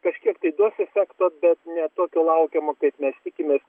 kažkiek tai duos efekto bet ne tokio laukiamo kaip mes tikimės